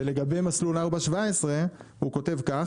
ולגבי מסלול 4.17 הוא כותב כך,